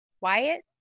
Wyatt